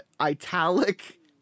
italic